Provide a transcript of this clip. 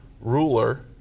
ruler